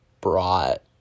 brought